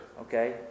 okay